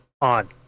on